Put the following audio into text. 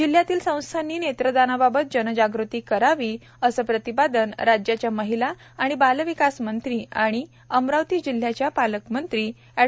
जिल्ह्यातील संस्थांनी नेत्रदानाबाबत जनजागृती करावी करावे असे प्रतिपादन राज्याच्या महिला व बालविकास मंत्री तथा जिल्ह्याच्या पालकमंत्री अँड